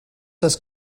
das